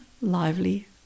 Lively